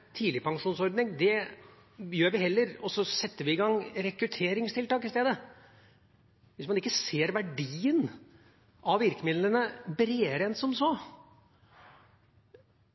tidligpensjonsordning og egentlig beskriver det ganske godt. Hvis det er som representanten Bjørnstad sier, at vi heller fjerner tidligpensjonsordningen og i stedet setter i gang rekrutteringstiltak, ser man ikke verdien av virkemidlene bredere enn som så.